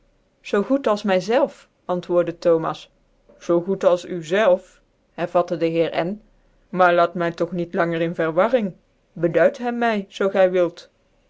zoo goed als my zelve antwoordc thomas zoo goed als u zelve hervatte dc heer n maar laat my dog niet langer in vcrwcrring beduid hem my zoo gy wilt